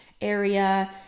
area